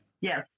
Yes